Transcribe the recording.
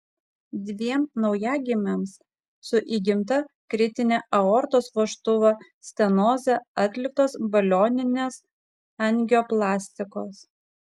dviem naujagimiams su įgimta kritine aortos vožtuvo stenoze atliktos balioninės angioplastikos